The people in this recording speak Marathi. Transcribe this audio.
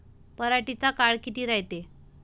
पराटीचा काळ किती रायते?